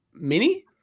mini